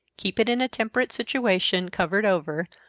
keep it in a temperate situation, covered over,